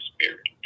Spirit